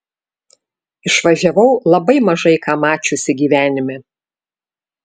išvažiavau labai mažai ką mačiusi gyvenime